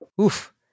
Oof